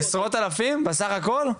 עשרות אלפים, בסך הכול?